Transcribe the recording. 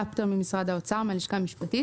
ממשרד האוצר, הלשכה המשפטית.